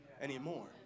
anymore